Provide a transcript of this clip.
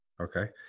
Okay